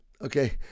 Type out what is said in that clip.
okay